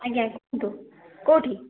ଆଜ୍ଞା କୁହନ୍ତୁ କେଉଁଠି